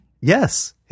Yes